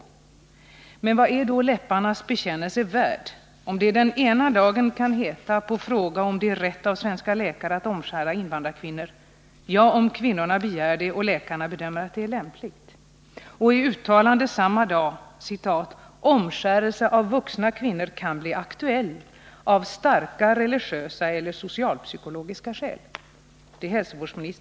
Men vad är då läkarnas bekännelse värd, om det den ena dagen, på fråga om det är rätt av svenska läkare att omskära invandrarkvinnor, kan heta: ”Ja, om kvinnor begär det och läkarna bedömer att det är lämpligt”, medan hälsovårdsministern samma dag kan uttala sig på det här sättet: ”Omskärelse av vuxna kvinnor kan bli aktuell av starka religiösa eller social-psykologiska skäl”?